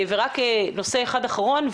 נושא אחרון,